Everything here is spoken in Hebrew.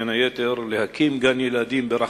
בין היתר להקים גן-ילדים ברכמה.